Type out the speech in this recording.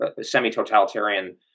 semi-totalitarian